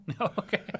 Okay